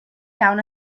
down